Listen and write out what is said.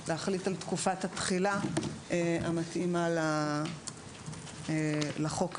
אז צריך להחליט על תקופת התחילה המתאימה לחוק הזה.